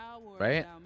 Right